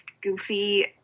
goofy